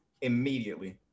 immediately